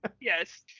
Yes